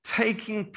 taking